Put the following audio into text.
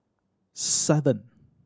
seven